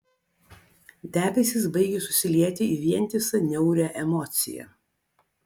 debesys baigė susilieti į vientisą niaurią emociją